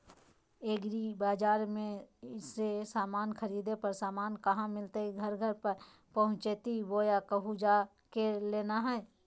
एग्रीबाजार से समान खरीदे पर समान कहा मिलतैय घर पर पहुँचतई बोया कहु जा के लेना है?